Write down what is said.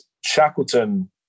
Shackleton